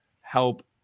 help